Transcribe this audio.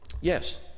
Yes